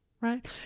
right